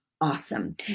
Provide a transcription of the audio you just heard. awesome